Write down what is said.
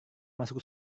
masuk